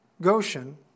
Goshen